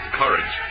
courage